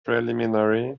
preliminary